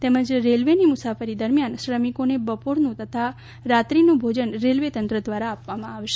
તેમજ રેલવેની મુસાફરી દરમ્યાન શ્રમિકોને બપોરનું તથા રાત્રિનું ભોજન રેલ્વે તંત્ર દ્વારા આપવામાં આવશે